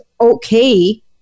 okay